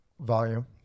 volume